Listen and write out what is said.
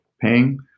paying